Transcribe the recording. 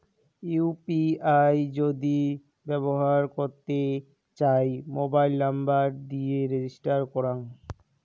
UPI যদি ব্যবহর করতে চাই, মোবাইল নম্বর দিয়ে রেজিস্টার করাং